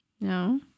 No